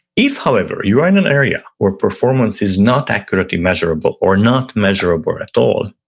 if however, you're in an area where performance is not accurately measurable, or not measurable at all,